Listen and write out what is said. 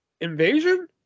Invasion